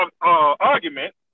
argument